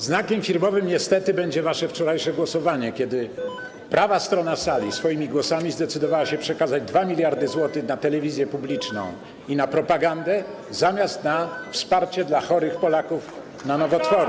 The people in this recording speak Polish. Znakiem firmowym niestety będzie wasze wczorajsze głosowanie, kiedy prawa strona sali swoimi głosami zdecydowała się przekazać 2 mld zł na telewizję publiczną i na propagandę zamiast na wsparcie dla Polaków chorych na nowotwory.